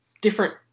different